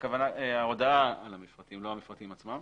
הודעה על המפרטים, לא המפרטים עצמם.